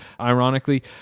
ironically